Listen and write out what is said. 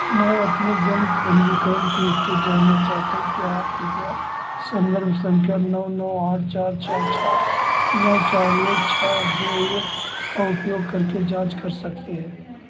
मैं अपने जन्म पंजीकरण की स्थिति जानना चाहता हूँ क्या आप कृपया संदर्भ संख्या नौ नौ आठ चार छः छः नौ चार एक छः दो एक का उपयोग करके जाँच कर सकते हैं